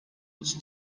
was